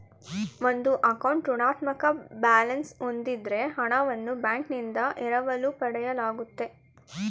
ಒಂದು ಅಕೌಂಟ್ ಋಣಾತ್ಮಕ ಬ್ಯಾಲೆನ್ಸ್ ಹೂಂದಿದ್ದ್ರೆ ಹಣವನ್ನು ಬ್ಯಾಂಕ್ನಿಂದ ಎರವಲು ಪಡೆಯಲಾಗುತ್ತೆ